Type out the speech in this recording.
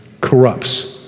corrupts